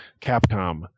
Capcom